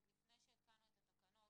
עוד לפני שהתקנו את התקנות,